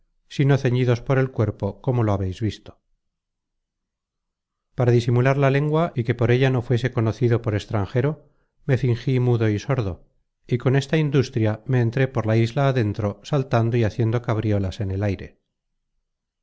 sino ceñidos por el cuerpo como lo habeis visto para disimular la lengua y que por ella no fuese conocido por extranjero me fingi mudo y sordo y con esta industria me entré por la isla adentro saltando y haciendo cabriolas en el aire